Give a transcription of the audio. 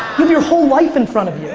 have your whole life in front of